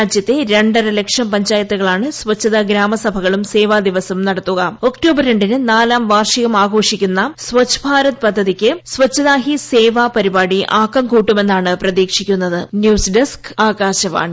രാജ്യത്തെ രണ്ടരലക്ഷം പൃഞ്ചായത്തുകളാണ് സ്വച്ഛതാ ഗ്രാമസഭകളും സേവാ ദിവസും നടത്തുക്കാ ഒക്ടോബർ രണ്ടിന് നാലാം വാർഷികം ആഘോഷിക്കുന്ന സ്വച്ഛ്ഭാരത് പദ്ധതിക്ക് സ്വച്ഛത ഹി സേവ പ്രചാരണപരിപാടി ആക്കം കൂട്ടുമെന്നാണ് പ്രതീക്ഷിക്കുന്നത് ന്യൂസ് ഡെസ്ക് ആകാശവാണി